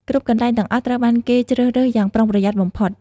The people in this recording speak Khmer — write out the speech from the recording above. គ្រប់កន្លែងទាំងអស់ត្រូវបានគេជ្រើសរើសយ៉ាងប្រុងប្រយ័ត្នបំផុត។